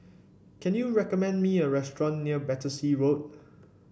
can you recommend me a restaurant near Battersea Road